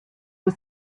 was